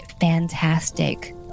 fantastic